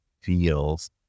feels